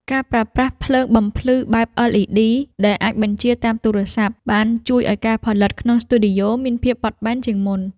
ការប្រើប្រាស់ភ្លើងបំភ្លឺបែប អិលអ៊ីឌី ដែលអាចបញ្ជាតាមទូរស័ព្ទ បានជួយឱ្យការផលិតក្នុងស្ទូឌីយ៉ូមានភាពបត់បែនជាងមុន។